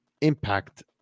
impact